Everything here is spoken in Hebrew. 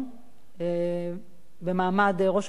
במעמד ראש הממשלה,